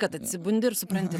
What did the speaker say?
kad atsibundi ir supranti